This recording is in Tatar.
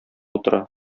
утыра